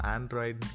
Android